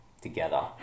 together